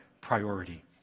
priority